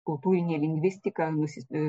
kultūrinė lingvistika nusis